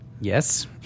Yes